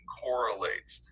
correlates